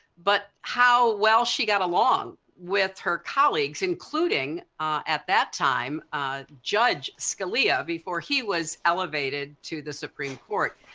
but how well she got along with her colleagues including at that time judge scalia before he was elevated to the supreme court.